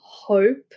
hope